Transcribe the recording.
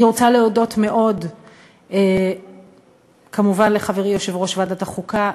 אני רוצה להודות מאוד כמובן לחברי יושב-ראש ועדת החוקה,